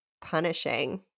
punishing